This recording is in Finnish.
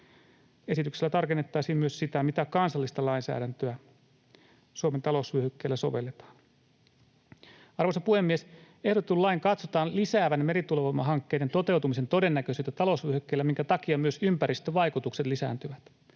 Esityksellä tarkennettaisiin myös sitä, mitä kansallista lainsäädäntöä Suomen talousvyöhykkeellä sovelletaan. Arvoisa puhemies! Ehdotetun lain katsotaan lisäävän merituulivoimahankkeiden toteutumisen todennäköisyyttä talousvyöhykkeellä, minkä takia myös ympäristövaikutukset lisääntyvät.